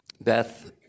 Beth